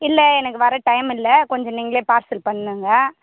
இல்லை எனக்கு வர்ற டைம் இல்லை கொஞ்சம் நீங்களே பார்சல் பண்ணுங்கள்